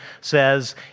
says